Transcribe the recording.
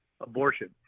abortion